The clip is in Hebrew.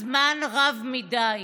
זמן רב מדי.